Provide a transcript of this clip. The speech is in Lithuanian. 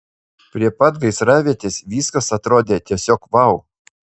prie pat gaisravietės viskas atrodė tiesiog vau